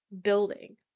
building